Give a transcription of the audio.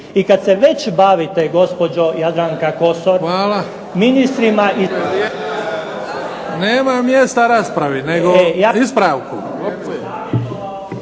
I kad se već bavite, gospođo Jadranka Kosor… **Bebić, Luka (HDZ)** Hvala. Nema mjesta raspravi nego ispravku.